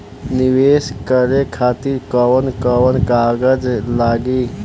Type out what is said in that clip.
नीवेश करे खातिर कवन कवन कागज लागि?